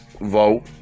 vote